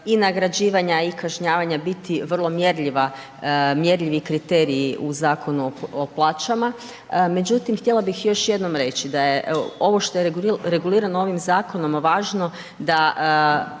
i nagrađivanja i kažnjavanja biti vrlo mjerljivi kriteriji o Zakonu o plaćama. Međutim, htjela bih još jednom reći, da je ovo što je regulirano ovim zakonom važno da